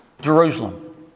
Jerusalem